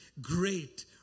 great